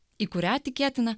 į kurią tikėtina